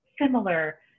similar